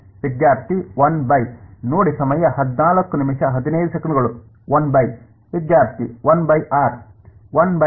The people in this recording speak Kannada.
ವಿದ್ಯಾರ್ಥಿ 1 ಬೈ 1 ಬೈ ವಿದ್ಯಾರ್ಥಿ 1 ಆರ್